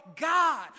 God